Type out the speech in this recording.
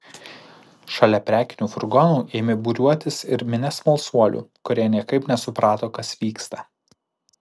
šalia prekinių furgonų ėmė būriuotis ir minia smalsuolių kurie niekaip nesuprato kas vyksta